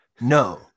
No